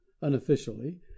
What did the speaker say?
unofficially